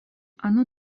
оно